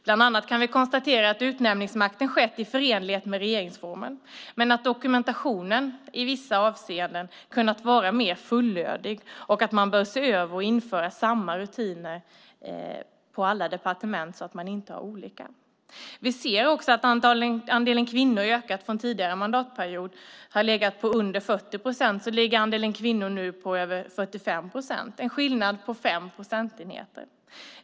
Bland annat kan vi konstatera att utnämningsmakten skett i förenlighet med regeringsformen men att dokumentationen i vissa avseenden kunnat vara mer fullödig och att man bör se över och införa samma rutiner på alla departement så att man inte har olika. Vi ser också att andelen kvinnor har ökat. Från att tidigare mandatperiod ha legat på under 40 procent ligger nu andelen kvinnor på över 45 procent. Det är en skillnad på 5 procentenheter.